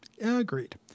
Agreed